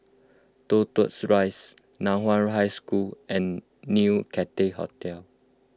Toh Tuck Rise Nan Hua High School and New Cathay Hotel